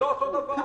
זה לא אותו דבר.